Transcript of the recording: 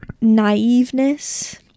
naiveness